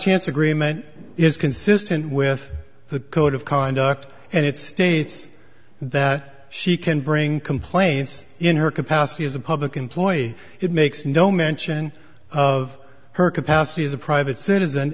chance agreement is consistent with the code of conduct and it states that she can bring complaints in her capacity as a public employee it makes no mention of her capacity as a private citizen